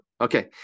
Okay